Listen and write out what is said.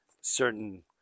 certain